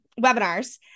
webinars